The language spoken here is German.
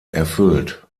erfüllt